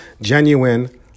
genuine